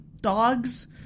dogs